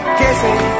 kissing